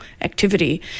activity